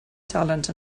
talent